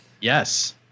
Yes